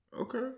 Okay